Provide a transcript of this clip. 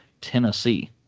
Tennessee